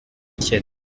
étienne